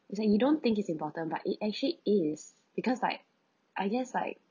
is like you don't think is important but it actually is because like I guess like